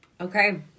Okay